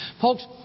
Folks